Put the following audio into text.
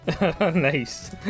Nice